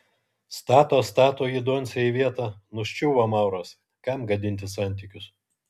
stato stato jį doncė į vietą nuščiuvo mauras kam gadinti santykius